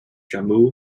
jammu